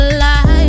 light